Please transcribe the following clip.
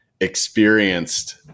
experienced